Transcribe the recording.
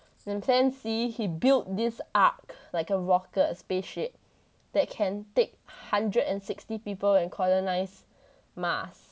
in plan C he built this ark like a rocket spaceship that can take hundred and sixty people and colonise mars